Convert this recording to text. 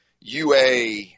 UA